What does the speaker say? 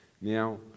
Now